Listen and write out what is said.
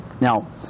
Now